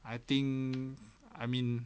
I think I mean